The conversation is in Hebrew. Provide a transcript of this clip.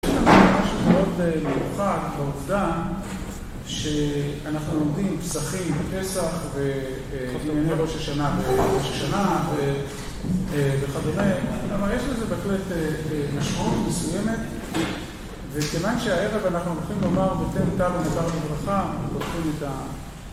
יש לנו משהו מאוד מיוחד בעובדה שאנחנו עומדים פסחים, פסח ויום ימי ראש השנה וראש השנה וכדומה אבל יש לזה בהחלט משמעות מסוימת וכיוון כשהערב אנחנו הולכים לומר ותן איתנו איתנו ברכה